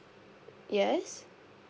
yes